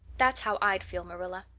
that's how i'd feel, marilla.